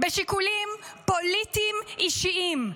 שיקולים פוליטיים אישיים.